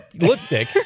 Lipstick